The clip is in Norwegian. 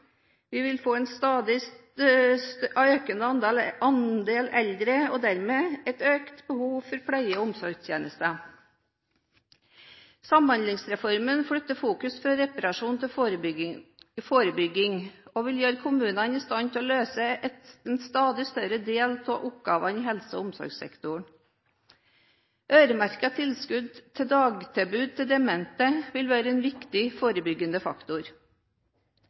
Vi vil få en stadig økende andel eldre og dermed et økt behov for pleie- og omsorgstjenester. Samhandlingsreformen flytter fokus fra reparasjon til forebygging og vil gjøre kommunene i stand til å løse en stadig større del av oppgavene i helse- og omsorgssektoren. Øremerkede tilskudd til dagtilbud til demente vil være en viktig forebyggende faktor.